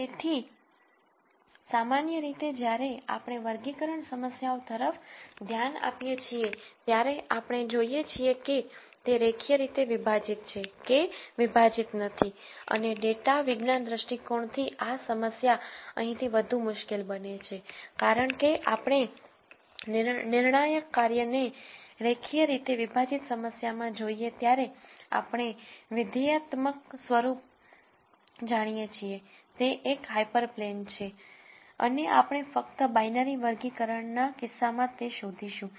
તેથી સામાન્ય રીતે જ્યારે આપણે વર્ગીકરણ સમસ્યાઓ તરફ ધ્યાન આપીએ છીએ ત્યારે આપણે જોઈએ છીએ કે તે રેખીય રીતે વિભાજીત છે કે વિભાજીત નથી અને ડેટા વિજ્ઞાન દૃષ્ટિકોણથી આ સમસ્યા અહીંથી વધુ મુશ્કેલ બને છે કારણ કે જ્યારે આપણે નિર્ણય કાર્યને રેખીય રીતે વિભાજીત સમસ્યામાં જોઈએ ત્યારે આપણે ફંક્શન સ્વરૂપ જાણીએ છીએ તે એક હાયપરપ્લેન છે અને આપણે ફક્ત બાઈનરી વર્ગીકરણના કિસ્સામાં તે શોધીશું